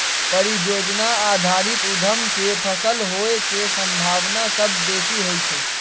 परिजोजना आधारित उद्यम के सफल होय के संभावना सभ बेशी होइ छइ